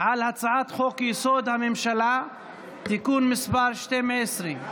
על הצעת חוק-יסוד: הממשלה (תיקון מס' 12)